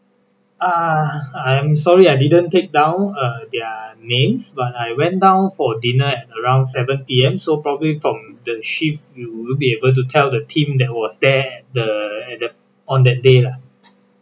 ah I am sorry I didn't take down uh their names but I went down for dinner at around seven P_M so probably from the shift you will be able to tell the team that was there the at the on that day lah